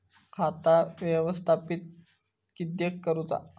खाता व्यवस्थापित किद्यक करुचा?